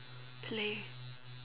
play